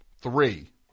Three